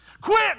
Quit